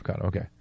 Okay